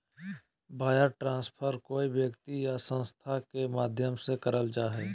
wire transfer कोय व्यक्ति या संस्था के माध्यम से करल जा हय